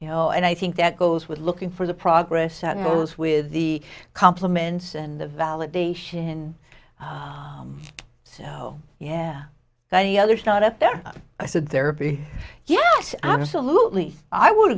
you know and i think that goes with looking for the progress that goes with the compliments and the validation so yeah that any other start up there i said there yes absolutely i would